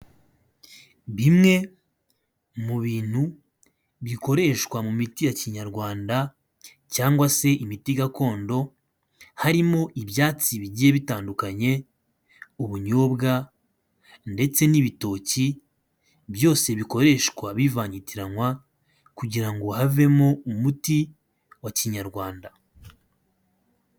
Bimwe mu bintu bikoreshwa mu miti ya kinyarwanda cyangwa se imiti gakondo harimo ibyatsi bigiye bitandukanye, ubunyobwa ndetse n'ibitoki byose bikoreshwa bivangitiranwa kugira ngo havemo umuti wa Kinyarwanda.